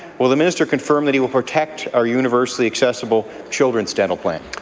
will the minister confirm that he will protect our universally-accessible children's dental plan?